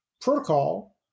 protocol